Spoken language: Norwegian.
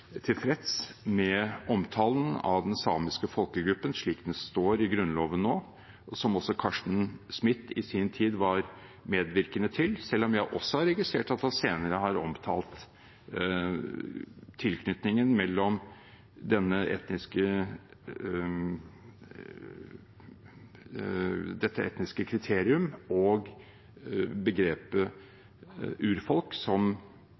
tilfreds med omtalen av den samiske folkegruppen slik det står i Grunnloven nå, som også Carsten Smith i sin tid var medvirkende til, selv om jeg også har registrert at han senere har omtalt tilknytningen mellom dette etniske kriterium og begrepet «urfolk» som